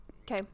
Okay